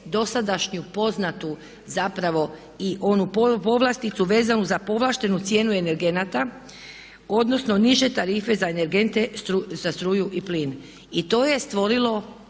dosadašnju poznatu zapravo i onu povlasticu vezanu za povlaštenu cijenu energenata, odnosno niže tarife za energente za struju i plin. I to je stvorilo